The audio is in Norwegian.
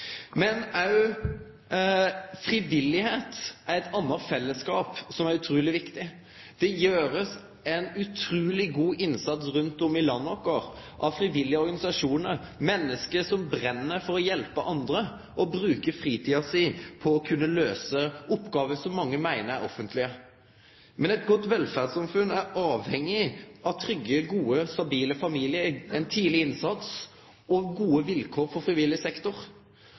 Men når det gjeld frivilligheit, er det eit anna fellesskap som er utruleg viktig. Frivillige organisasjonar gjer ein utruleg god innsats rundt om i landet vårt, menneske som brenn for å hjelpe andre, og som bruker fritida si på å løyse oppgåver som mange meiner er offentlege. Men eit godt velferdssamfunn er avhengig av trygge, gode, stabile familiar, ein tidleg innsats og gode vilkår for frivillig sektor.